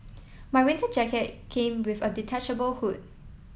my winter jacket came with a detachable hood